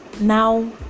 Now